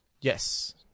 yes